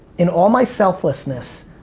in all my selflessness,